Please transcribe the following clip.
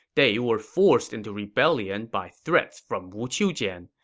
they were forced into rebellion by threats from wu qiujian.